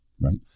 Right